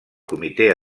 comitè